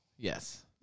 Yes